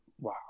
wow